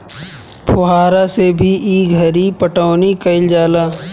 फुहारा से भी ई घरी पटौनी कईल जाता